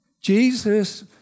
Jesus